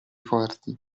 forti